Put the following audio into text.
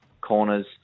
corners